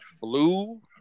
blue